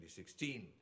2016